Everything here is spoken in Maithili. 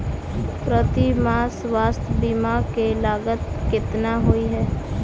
प्रति माह स्वास्थ्य बीमा केँ लागत केतना होइ है?